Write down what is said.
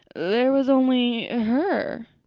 there was only her.